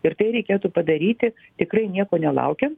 ir tai reikėtų padaryti tikrai nieko nelaukiant